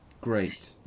great